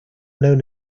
known